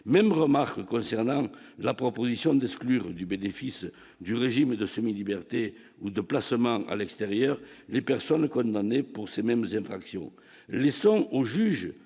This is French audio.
même remarque concernant la proposition de ce cuir du bénéfice du régime de semi-liberté ou de placement à l'extérieur, les personnes condamnées pour ces mêmes infractions,